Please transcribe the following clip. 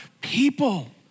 people